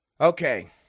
Okay